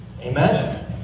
Amen